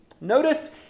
Notice